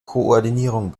koordinierung